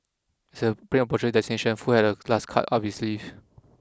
as the plane approached its destination Foo had a last card up his sleeve